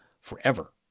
forever